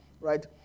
right